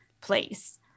place